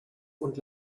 und